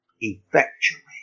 effectually